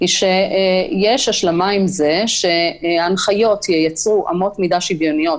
היא שיש השלמה עם זה שההנחיות ייצרו אמות מידה שוויוניות,